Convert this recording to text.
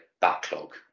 backlog